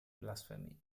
blasphemy